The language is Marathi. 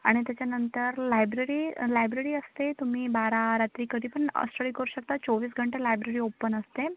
आणि त्याच्यानंतर लायब्ररी लायब्ररी असते तुम्ही बारा रात्री कधी पण स्टडी करू शकता चोवीस घंटा लायब्ररी ओपन असते